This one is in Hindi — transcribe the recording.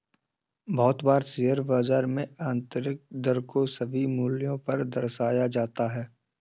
बहुत बार शेयर बाजार में आन्तरिक दर को सभी मूल्यों पर दर्शाया जाता है